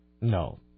No